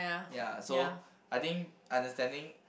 ya so I think understanding